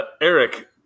Eric